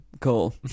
Cool